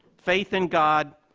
faith in god,